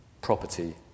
property